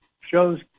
shows